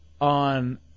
on